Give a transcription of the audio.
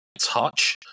touch